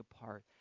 apart